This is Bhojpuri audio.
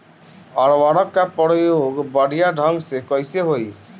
उर्वरक क प्रयोग बढ़िया ढंग से कईसे होई?